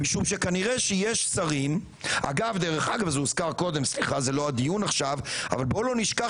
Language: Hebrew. זה לא הדיון עכשיו אבל בואו לא נשכח